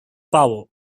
power